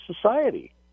society